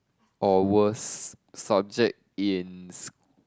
or worst subject in s~